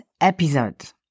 episode